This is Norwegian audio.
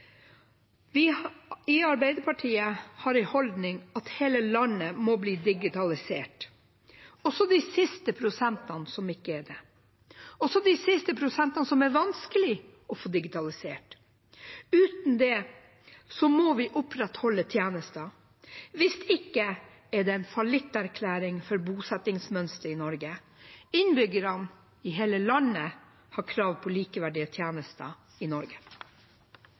Vi i Arbeiderpartiet har som holdning at hele landet må bli digitalisert, også de siste prosentene som ikke er det, også de siste prosentene som er vanskelig å få digitalisert. Uten det må vi opprettholde tjenester, hvis ikke er det en fallitterklæring for bosettingsmønsteret i Norge. Innbyggerne i hele landet har krav på likeverdige tjenester i Norge.